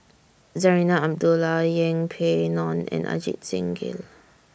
Zarinah Abdullah Yeng Pway Ngon and Ajit Singh Gill